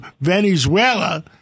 Venezuela